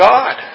God